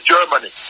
Germany